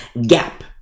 gap